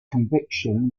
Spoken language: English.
conviction